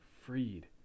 freed